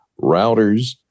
routers